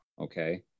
Okay